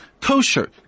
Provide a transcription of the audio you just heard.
kosher